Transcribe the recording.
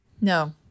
No